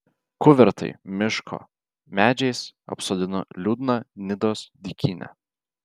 kuvertai miško medžiais apsodino liūdną nidos dykynę